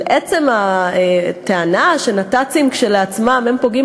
אבל עצם הטענה שנת"צים כשלעצמם פוגעים